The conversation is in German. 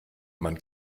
man